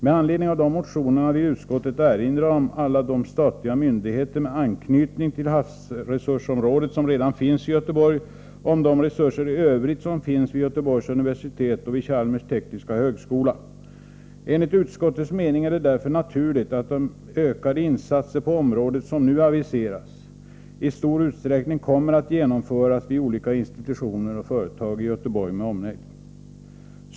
Med anledning av dessa motioner vill utskottet erinra om alla de statliga myndigheter med anknytning till havsresursområdet som redan finns i Göteborg och om de resurser i övrigt som finns vid Göteborgs universitet och Chalmers tekniska högskola. Enligt utskottets mening är det därför naturligt att de ökade insatser på området som nu aviseras i stor utsträckning kommer att genomföras vid olika institutioner och företag i Göteborg med omnejd.